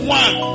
one